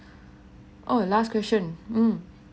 oh last question mm